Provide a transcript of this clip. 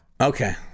okay